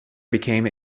became